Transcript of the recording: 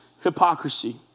hypocrisy